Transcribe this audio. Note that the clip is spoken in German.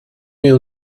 wir